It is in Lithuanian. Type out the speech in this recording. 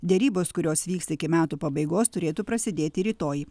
derybos kurios vyks iki metų pabaigos turėtų prasidėti rytoj